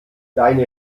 deine